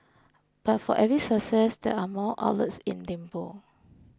but for every success there are more outlets in limbo